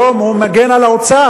היום הוא מגן על האוצר,